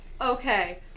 Okay